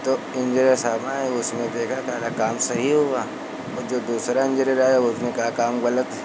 तो इंजीनर साहब आए उसने देखा कहा काम सही हुआ और जो दूसरा इंजीनियर आया उसने कहा काम गलत है